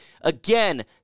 again